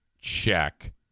Check